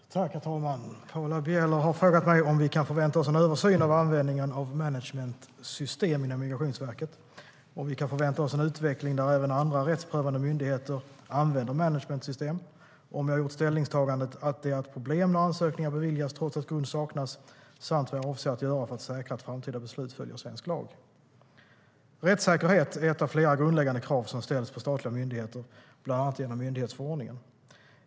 Svar på interpellationerRättssäkerhet är ett av flera grundläggande krav som ställs på statliga myndigheter, bland annat genom myndighetsförordningen.